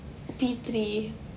P three